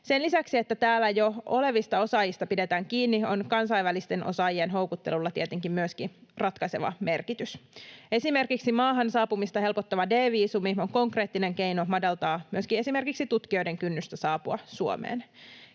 Sen lisäksi, että täällä jo olevista osaajista pidetään kiinni, on kansainvälisten osaajien houkuttelulla tietenkin myöskin ratkaiseva merkitys. Esimerkiksi maahan saapumista helpottava D-viisumi on konkreettinen keino madaltaa myöskin esimerkiksi tutkijoiden kynnystä saapua Suomeen.